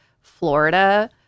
Florida